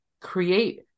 create